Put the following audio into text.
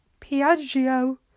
Piaggio